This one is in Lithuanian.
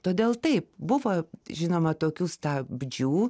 todėl taip buvo žinoma tokių stabdžių